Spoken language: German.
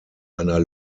einer